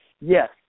Yes